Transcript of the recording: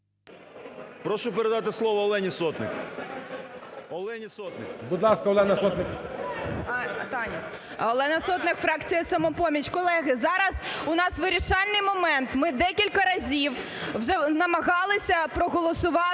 Прошу передати слово Олені Сотник. ГОЛОВУЮЧИЙ. Будь ласка, Олена Сотник. 13:51:23 СОТНИК О.С. Олена Сотник, фракція "Самопоміч". Колеги, зараз у нас вирішальний момент. Ми декілька разів вже намагалися проголосувати